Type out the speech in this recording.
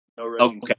okay